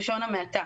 בלשון המעטה.